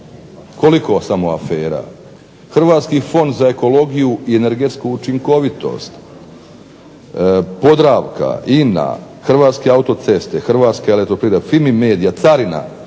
koliko samo afera, Hrvatski fond za ekologiju i energetsku učinkovitost, Podravka, INA, Hrvatske autoceste, Hrvatska elektroprivreda, FIMI Media, Carina,